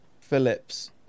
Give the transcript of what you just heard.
Phillips